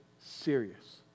serious